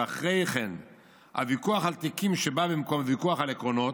ואחרי כן הוויכוח על תיקים שבא במקום ויכוח על עקרונות,